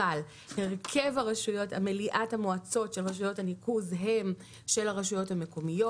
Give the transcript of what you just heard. אבל מליאת המועצות של רשויות הניקוז הן של הרשויות המקומיות.